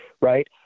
Right